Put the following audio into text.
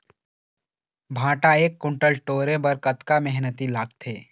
भांटा एक कुन्टल टोरे बर कतका मेहनती लागथे?